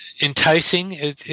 enticing